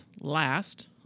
last